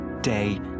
day